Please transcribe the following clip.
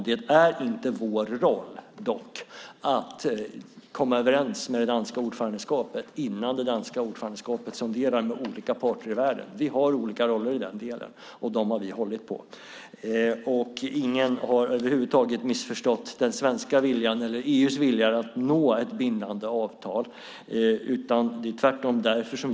Det är dock inte vår roll att komma överens med det danska ordförandeskapet innan det danska ordförandeskapet sonderar med olika parter i världen. Vi har olika roller i den delen, och dem har vi hållit på. Ingen har över huvud taget missförstått den svenska viljan eller EU:s vilja att nå ett bindande avtal.